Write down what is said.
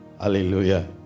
Hallelujah